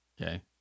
Okay